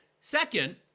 Second